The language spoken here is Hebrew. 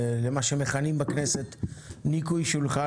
למה שמכנים בכנסת ניקוי שולחן,